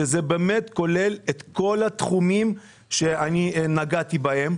שכוללים את כל התחומים שאני נגעתי בהם.